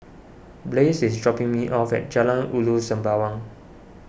Blaze is dropping me off at Jalan Ulu Sembawang